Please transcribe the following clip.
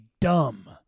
dumb